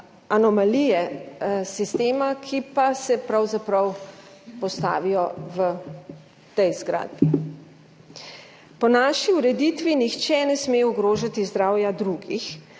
anomalije sistema, ki pa se pravzaprav postavijo v tej zgradbi. Po naši ureditvi nihče ne sme ogrožati zdravja drugih,